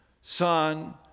Son